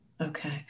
Okay